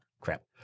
Crap